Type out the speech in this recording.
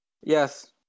Yes